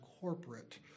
corporate